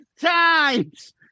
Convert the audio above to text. times